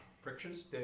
frictions